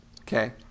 Okay